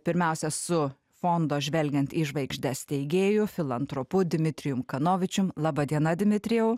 pirmiausia su fondo žvelgiant į žvaigždes steigėju filantropu dmitrijum kanovičium laba diena dmitrijau